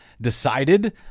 decided